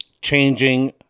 changing